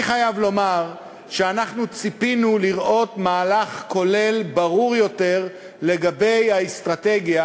אני חייב לומר שאנחנו ציפינו לראות מהלך כולל ברור יותר לגבי האסטרטגיה,